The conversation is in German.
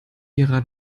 ihrer